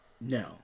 No